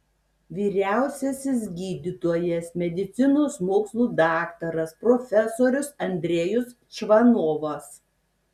vyriausiasis gydytojas medicinos mokslų daktaras profesorius andrejus čvanovas